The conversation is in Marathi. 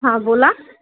हां बोला